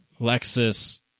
Lexus